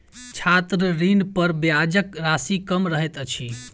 छात्र ऋणपर ब्याजक राशि कम रहैत अछि